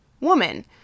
woman